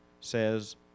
says